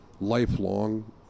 lifelong